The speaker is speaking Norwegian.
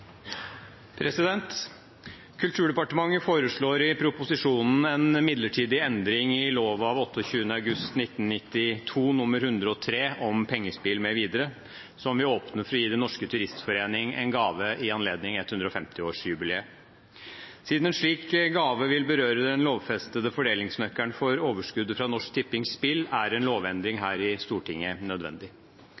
vil åpne for å gi Den Norske Turistforening en gave i anledning 150-årsjubileet. Siden en slik gave vil berøre den lovfestede fordelingsnøkkelen for overskuddet fra Norsk Tippings spill, er en lovendring